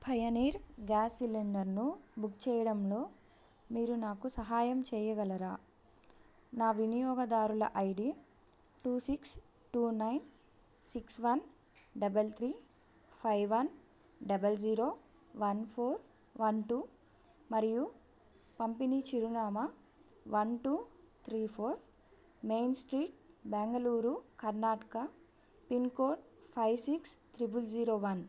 Pioneer gas సిలిండర్ను book చేయడంలో మీరు నాకు సహాయం చేయగలరా నా వినియోగదారుల I D two six two nine six one double three five one double zero one four one two మరియు పంపిణీ చిరునామా one two three four main street Bengaluru Karnataka pin code five six triple zero one